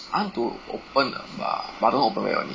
!huh! to open a bar but I don't want to open very early